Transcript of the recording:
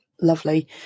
lovely